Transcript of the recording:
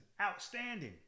outstanding